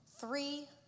Three